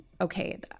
okay